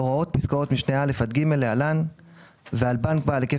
הוראות פסקאות משנה (א) עד (ג) להלן ועל בנק בעל היקף